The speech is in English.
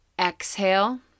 Exhale